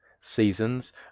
seasons